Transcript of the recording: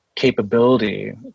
Capability